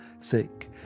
thick